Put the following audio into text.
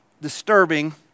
disturbing